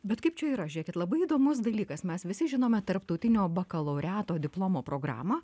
bet kaip čia yra žiūrėkit labai įdomus dalykas mes visi žinome tarptautinio bakalaureato diplomo programą